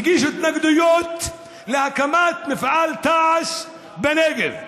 הגישו התנגדויות להקמת מפעל תעש בנגב.